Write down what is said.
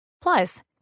Plus